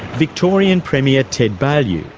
victorian premier, ted baillieu,